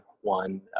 one